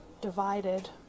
divided